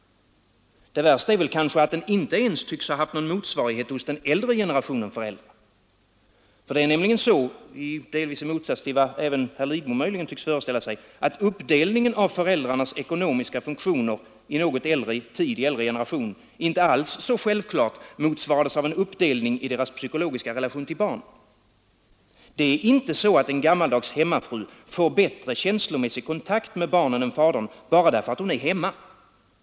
Det värsta är kanske att den inte ens tycks ha haft någon motsvarighet hos den äldre generationen föräldrar. Det är nämligen så, delvis i motsats till vad även herr Lidbom tycks föreställa sig, att uppdelningen av föräldrarnas ekonomiska funktioner i något äldre tid inte alls självklart motsvarades av en uppdelning i deras psykologiska relation till barnen. Det är inte så, att en gammaldags hemmafru får bättre känslomässig kontakt med barnen än fadern, bara därför att hon är hemma.